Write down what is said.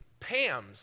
PAMS